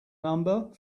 number